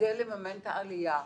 כדי לממן את העלייה.